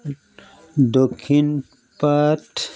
দক্ষিণ পাঠ